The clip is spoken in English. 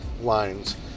lines